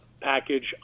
package